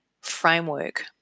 framework